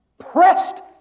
pressed